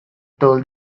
told